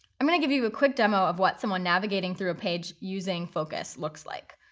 i'm going to give you a quick demo of what someone navigating through page using focus looks like.